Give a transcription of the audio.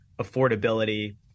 affordability